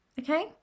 okay